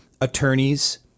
attorneys